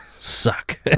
Suck